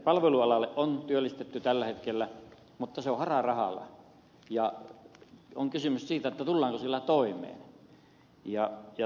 palvelualalle on työllistetty tällä hetkellä mutta se on hara rahalla ja on kysymys siitä tullaanko sillä toimeen